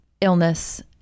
illness